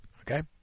okay